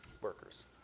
workers